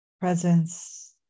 presence